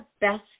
best